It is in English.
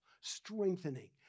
strengthening